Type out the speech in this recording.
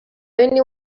only